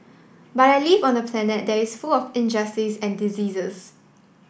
but I live on a planet that is full of injustice and diseases